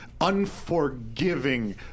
unforgiving